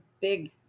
big